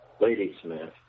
Ladysmith